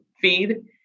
feed